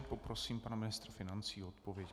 Poprosím pana ministra financí o odpověď.